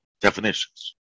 definitions